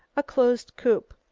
a closed coupe.